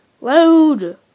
Load